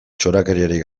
txorakeriarik